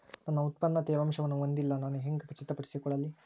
ನನ್ನ ಉತ್ಪನ್ನ ತೇವಾಂಶವನ್ನು ಹೊಂದಿಲ್ಲಾ ನಾನು ಹೆಂಗ್ ಖಚಿತಪಡಿಸಿಕೊಳ್ಳಲಿ?